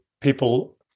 people